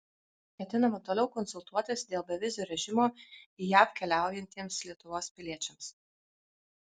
ketinama toliau konsultuotis dėl bevizio režimo į jav keliaujantiems lietuvos piliečiams